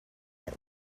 that